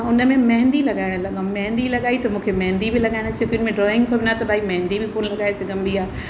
हुन में मेंदी लॻाइण लॻियमि मेंदी लॻाई त मूंखे मेंदी बि लॻाइण छो कि हुन में ड्रॉइंग जे बिना त मेंदी बि कोन लॻाए सघिबी आहे